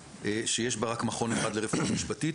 שיש בה רק מכון אחד לרפואה משפטית.